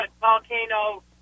volcano